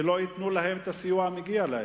שלא ייתנו להן את הסיוע המגיע להן.